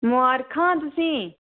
मबारखां तुसें ई